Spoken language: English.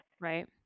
right